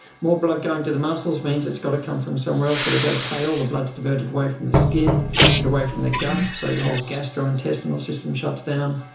more blood going to the muscles means it's got to come from somewhere else so you go pale, the blood is diverted away from the skin and away from the gut, so your whole gastrointestinal system shuts down.